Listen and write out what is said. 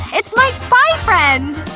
it's my spy friend!